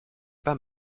pas